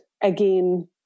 again